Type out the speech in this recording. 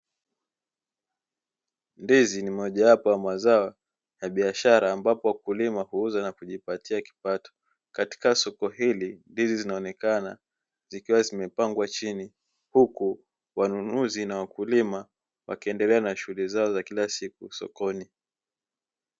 Ndizi ni mojawapo ya mazao ya biashara ambapo wakulima huuza na kujipatia kipato. Katika soko hili ndizi zinaonekana zikiwa zimepangwa chini, huku wanunuzi na wakulima wakiendelea na shughuli zao za kila siku sokoni.